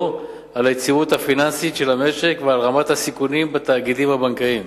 על היציבות הפיננסית של המשק ועל רמת הסיכונים בתאגידים הבנקאיים.